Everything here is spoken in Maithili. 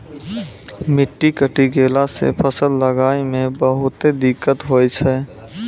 मिट्टी कटी गेला सॅ फसल लगाय मॅ बहुते दिक्कत होय छै